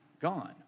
gone